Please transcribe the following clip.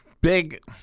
Big